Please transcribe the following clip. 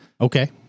Okay